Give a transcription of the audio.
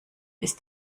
ist